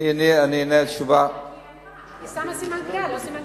היא שמה סימן קריאה, לא סימן שאלה.